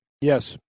Yes